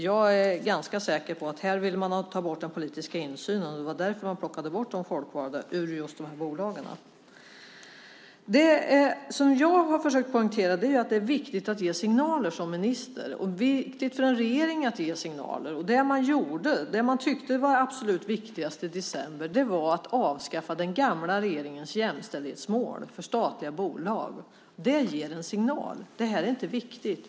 Jag är ganska säker på att man vill ta bort den politiska insynen; det var därför man plockade bort de folkvalda ur just de här bolagen. Som jag har försökt poängtera är det viktigt att ge signaler som minister. Det är också viktigt för en regering att ge signaler. Det man tyckte var absolut viktigast i december och som man också gjorde var att avskaffa den gamla regeringens jämställdhetsmål för statliga bolag. Det ger en signal om att det här inte är viktigt.